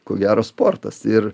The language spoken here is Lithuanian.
ko gero sportas ir